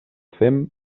fem